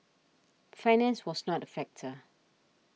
finance was not a factor